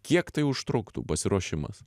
kiek tai užtruktų pasiruošimas